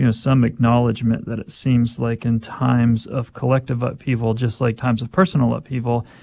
you know some acknowledgement that it seems like in times of collective upheaval, just like times of personal upheaval,